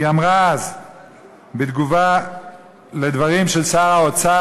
היא אמרה אז בתגובה על הדברים של שר האוצר